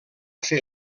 fer